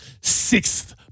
sixth